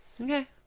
okay